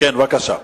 בבקשה.